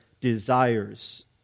desires